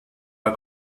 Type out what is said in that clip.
are